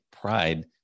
pride